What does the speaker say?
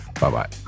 bye-bye